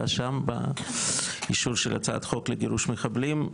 שם באישור של הצעת חוק לגירוש מחבלים.